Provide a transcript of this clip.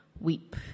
weep